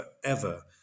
forever